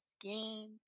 skin